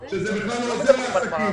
שזה בכלל לא עוזר לעסקים.